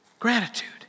Gratitude